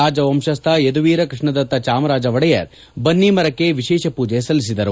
ರಾಜವಂಶಸ್ದ ಯದುವೀರ ಕೃಷ್ಣದತ್ತ ಚಾಮರಾಜ ಒಡೆಯರ್ ಬನ್ನಿಮರಕ್ಕೆ ವಿಶೇಷ ಪೂಜೆ ಸಲ್ಲಿಸಿದರು